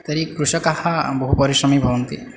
तर्हि कृषकः बहु परिश्रमे भवन्ति